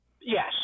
Yes